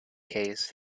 case